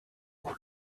all